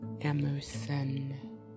Emerson